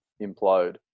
implode